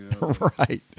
right